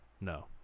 No